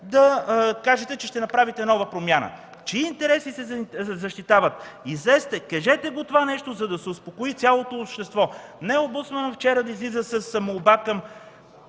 да кажете, че ще направите нова промяна? Чии интереси се защитават? Излезте, кажете това нещо, за да се успокои цялото общество. Не е обосновано вчера да излизат с молба към